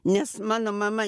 nes mano mama